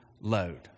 load